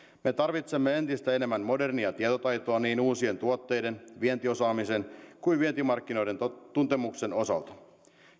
me tarvitsemme entistä enemmän modernia tietotaitoa niin uusien tuotteiden vientiosaamisen kuin vientimarkkinoiden tuntemuksen osalta